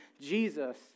Jesus